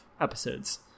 episodes